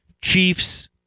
Chiefs